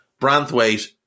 Branthwaite